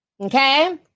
okay